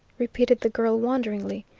repeated the girl wonderingly.